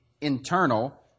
internal